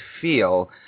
feel